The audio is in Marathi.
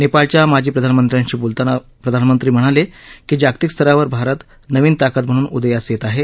नेपाळच्या माजी प्रधानमंत्र्यांशी बोलताना प्रधानमंत्री म्हणाले जागतिक स्तरावर भारत नवीन ताकद म्हणून उदयास येत आहे